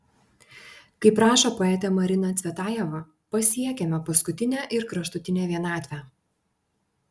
kaip rašo poetė marina cvetajeva pasiekiame paskutinę ir kraštutinę vienatvę